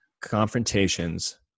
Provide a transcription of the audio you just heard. Confrontations